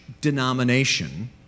denomination